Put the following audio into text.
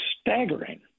staggering